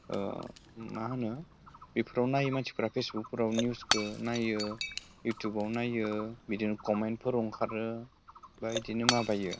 मा होनो बेफोराव नायै नायै मासिफोरा फेसबुकफोराव निउसखोबो नायो इउटुबाव नायो बिदिनो कमेन्टफोर ओंखारो बा इदिनो माबायो